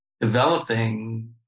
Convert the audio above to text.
developing